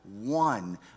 one